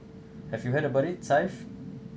have you heard about it Syfe